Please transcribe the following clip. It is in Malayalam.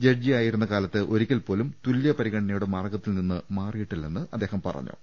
ജഡ്ജിയായിരുന്ന കാലത്ത് ഒരിക്കൽപോലും തുല്യപരിഗണനയുടെ മാർഗ്ഗ ത്തിൽ നിന്ന് മാറിയിട്ടില്ലെന്ന് അദ്ദേഹം പറഞ്ഞു